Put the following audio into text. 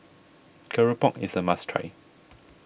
Keropok is a must try